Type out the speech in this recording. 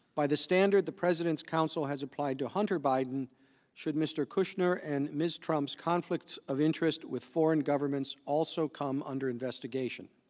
by the standard the president's counsel has applied to hunter biden should mr. kushner and mr. trump conflict of interest with foreign governments also come under investigation?